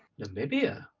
Namibia